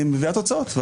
מביאה תוצאות.